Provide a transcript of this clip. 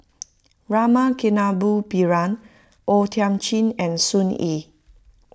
Rama Kannabiran O Thiam Chin and Soon Yee